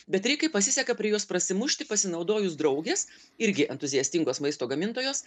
bet rikai pasiseka prie jos prasimušti pasinaudojus draugės irgi entuziastingos maisto gamintojos